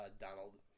Donald